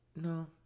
No